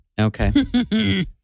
Okay